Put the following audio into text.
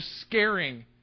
scaring